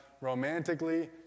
romantically